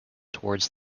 towards